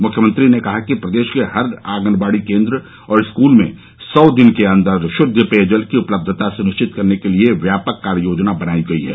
मुख्यमंत्री ने कहा कि प्रदेश के हर ऑगनबाड़ी केन्द्र और स्कूल में सौ दिन के अन्दर शुद्व पेयजल की उपलब्यता सुनिश्चित कराने के लिए व्यापक कार्ययोजना बनाई गई है